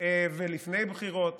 ולפני-בחירות